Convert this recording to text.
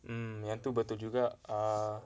mm yang tu betul juga err